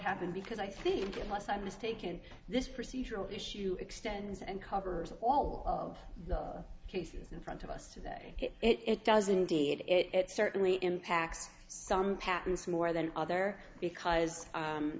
happened because i think unless i'm mistaken this procedural issue extends and covers all of the cases in front of us today it does indeed it certainly impacts some patents more than other because